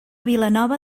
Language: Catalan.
vilanova